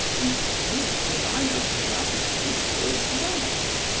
you think that i have loved you for a month,